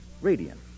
Radiant